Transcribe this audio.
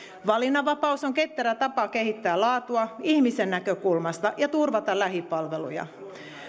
valinnanvapaus on ketterä tapa kehittää laatua ihmisen näkökulmasta ja turvata lähipalveluja